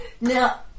Now